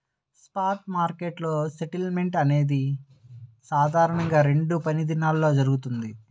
spot మార్కెట్లో settlement అనేది సాధారణంగా రెండు పనిదినాల్లో జరుగుతది,